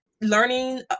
learning